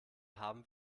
haben